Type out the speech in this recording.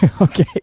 Okay